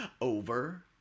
over